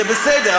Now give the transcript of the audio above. זה בסדר.